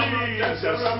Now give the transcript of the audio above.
Jesus